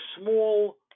small